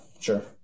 sure